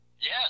Yes